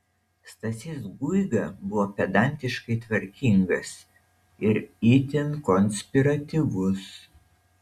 stasys guiga buvo pedantiškai tvarkingas ir itin konspiratyvus